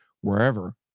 wherever